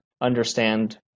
understand